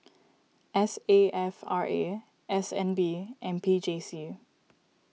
S A F R A S N B and P J C